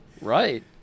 Right